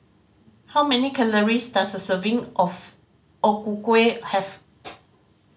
how many calories does a serving of O Ku Kueh have